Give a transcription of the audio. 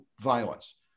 violence